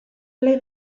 ble